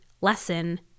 lesson